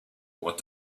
what